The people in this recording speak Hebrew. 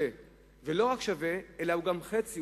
ולא רק שווה אלא הוא גם חצי,